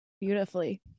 beautifully